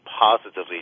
positively